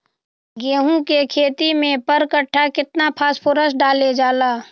गेंहू के खेती में पर कट्ठा केतना फास्फोरस डाले जाला?